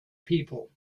people